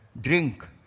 drink